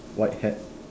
white hat